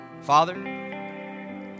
Father